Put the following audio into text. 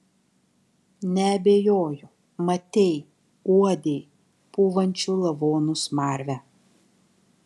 neabejoju matei uodei pūvančių lavonų smarvę